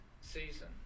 season